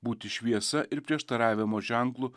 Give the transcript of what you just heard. būti šviesa ir prieštaravimo ženklu